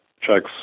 checks